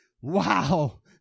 Wow